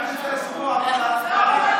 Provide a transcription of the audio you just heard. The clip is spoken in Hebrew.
להעלות את זה בשבוע הבא להצבעה?